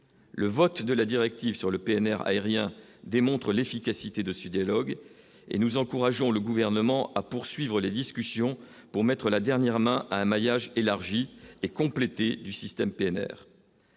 le vote de la directive sur le PNR aérien démontre l'efficacité de suite logs et nous encourageons le gouvernement à poursuivre les discussions pour mettre la dernière main à un maillage élargie et complétée du système PNR.